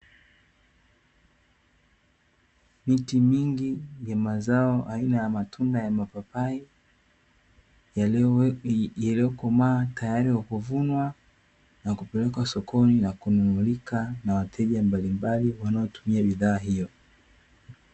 Miti mingi ya mazao aina ya matunda ya mapapai, yaliyokomaa tayari kwa kuvunwa na kupelekwa sokoni na kununulika na wateja mbalimbali wanaotumia bidhaa hiyo.